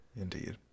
Indeed